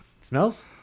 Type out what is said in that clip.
Smells